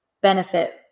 benefit